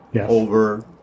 over